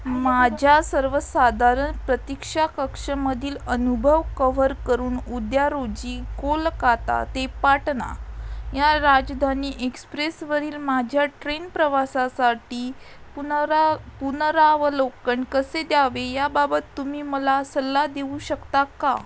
माझ्या सर्वसाधारण प्रतिक्षा कक्षमधील अनुभव कव्हर करून उद्या रोजी कोलकाता ते पाटना या राजधानी एक्सप्रेसवरील माझ्या ट्रेन प्रवासासाठी पुनावरा पुनरावलोकन कसे द्यावे याबाबत तुम्ही मला सल्ला देऊ शकता का